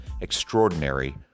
extraordinary